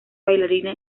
bailarina